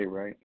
right